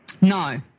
no